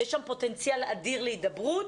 יש שם פוטנציאל אדיר להידברות,